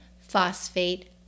phosphate